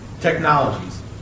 technologies